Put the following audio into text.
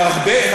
בהרבה,